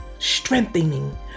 strengthening